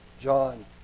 John